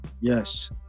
Yes